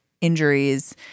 injuries